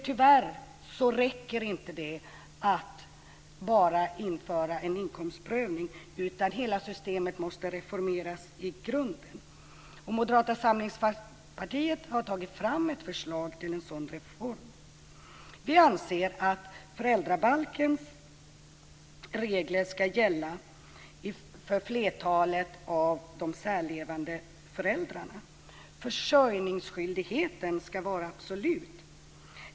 Tyvärr räcker det inte med att bara införa en inkomstprövning, utan hela systemet måste reformeras i grunden. Moderata samlingspartiet har tagit fram ett förslag till en sådan reform. Vi anser att föräldrabalkens regler ska gälla för flertalet av de särlevande föräldrarna. Försörjningsskyldigheten ska vara absolut.